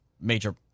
major